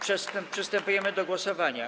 Przystępujemy do głosowania.